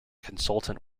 consultant